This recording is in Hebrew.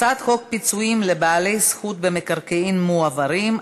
הצעת חוק פיצויים לבעלי זכות במקרקעין מועברים,